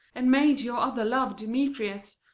and made your other love, demetrius,